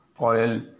oil